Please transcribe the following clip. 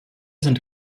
sind